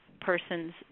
person's